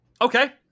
Okay